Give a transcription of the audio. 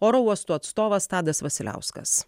oro uostų atstovas tadas vasiliauskas